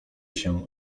się